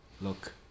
look